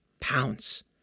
pounds